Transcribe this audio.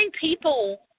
people